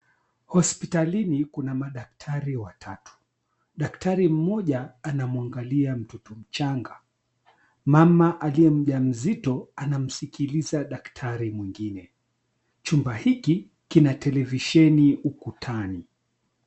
Hospitalini kuna madaktari watatu. Daktari mmoja anamwangalia mtoto mchanga. Mama aliye mjamzito, anamskililiza daktari mwingine. Chumba hiki kina televisheni ukutani.